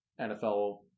NFL